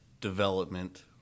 development